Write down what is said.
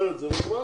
ונגמר הסיפור.